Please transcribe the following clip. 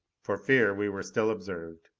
for fear we were still observed,